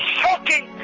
shocking